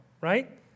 Right